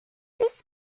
this